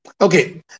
Okay